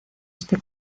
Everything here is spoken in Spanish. este